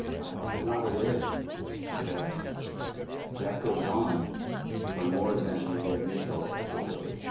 was not aware that that goes on for more than the initial episode.